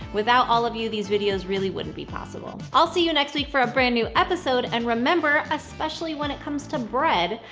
without all of you, these videos really wouldn't be possible. i'll see you next week for a brand new episode, and remember, especially when it comes to bread,